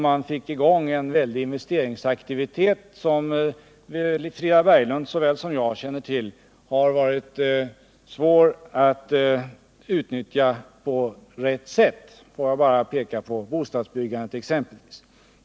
Man fick i gång en väldig investeringsaktivitet vilken, som både Frida Berglund och jag känner till, varit svår att utnyttja på rätt sätt. Får jag bara peka på exempelvis bostadsbyggandet.